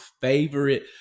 favorite